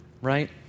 right